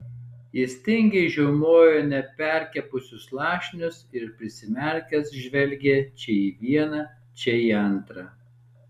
jis tingiai žiaumojo neperkepusius lašinius ir prisimerkęs žvelgė čia į vieną čia į antrą